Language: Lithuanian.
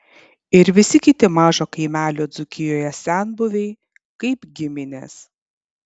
ir visi kiti mažo kaimelio dzūkijoje senbuviai kaip giminės